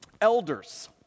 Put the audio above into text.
Elders